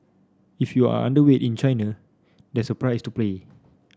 if you are underweight in China there's a price to pay